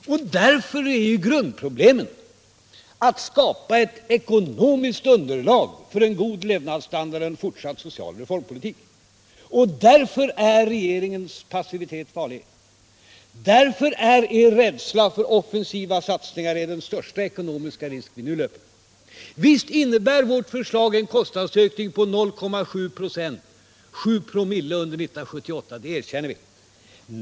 Därför är grundproblemet att skapa ett ekonomiskt underlag för en god levnadsstandard och en fortsatt social reformpolitik. Därför är regeringens passivitet farlig. Därför är er rädsla för offensiva satsningar den största ekonomiska risk vi nu löper. Visst innebär vårt förslag en kostnadsökning på 0,7 96 7 ?/0o—- under 1978, det erkänner vi.